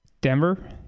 Denver